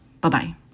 Bye-bye